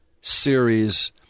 series